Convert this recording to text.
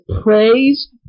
praise